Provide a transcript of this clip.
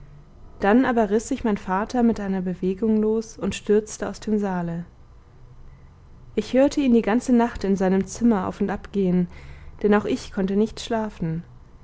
dann aber riß sich mein vater mit einer bewegung los und stürzte aus dem saale ich hörte ihn die ganze nacht in seinem zimmer auf und ab gehen denn auch ich konnte nicht schlafen